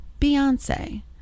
beyonce